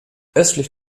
östlich